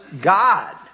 God